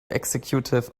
executive